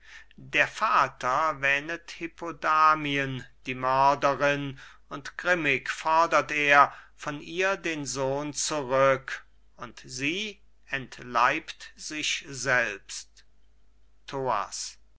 der vater wähnet hippodamien die mörderin und grimmig fordert er von ihr den sohn zurück und sie entleibt sich selbst thoas